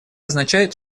означает